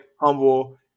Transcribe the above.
humble